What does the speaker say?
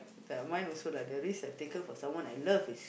the mine also lah the risks I have taken for someone I love is